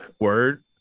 word